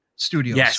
studios